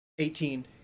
18